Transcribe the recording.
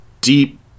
deep